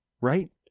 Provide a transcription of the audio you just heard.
right